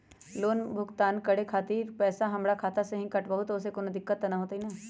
Loan भुगतान करे के खातिर पैसा हमर खाता में से ही काटबहु त ओसे कौनो दिक्कत त न होई न?